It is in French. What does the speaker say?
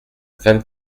vingt